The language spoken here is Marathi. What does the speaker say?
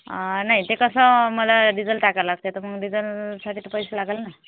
नाही ते कसं मला डिझेल टाकावं लागते डिझेल साठी तर पैसे लागंल ना